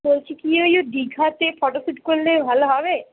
বলছি কি ওই দীঘাতে ফটো স্যুট করলে ভালো হবে